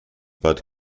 bud